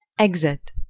exit